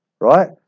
right